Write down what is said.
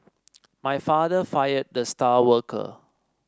my father fired the star worker